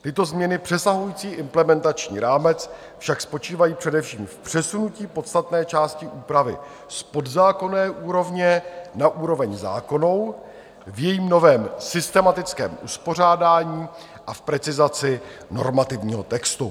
Tyto změny přesahující implementační rámec však spočívají především v přesunutí podstatné části úpravy z podzákonné úrovně na úroveň zákonnou v jejím novém systematickém uspořádání a v precizaci normativního textu.